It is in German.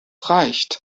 reicht